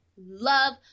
love